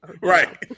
Right